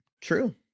True